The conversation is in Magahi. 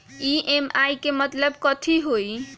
ई.एम.आई के मतलब कथी होई?